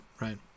right